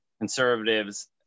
Conservatives